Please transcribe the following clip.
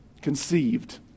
conceived